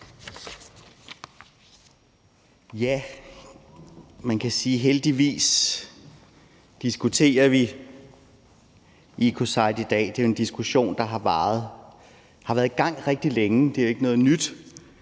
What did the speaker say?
Man kan sige, at heldigvis diskuterer vi ecocide i dag, og det er jo en diskussion, der har været i gang rigtig længe, og det er ikke noget nyt,